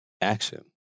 action